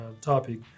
topic